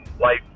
life